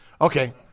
Okay